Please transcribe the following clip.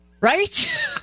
Right